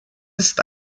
ist